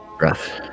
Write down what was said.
rough